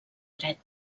dret